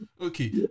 Okay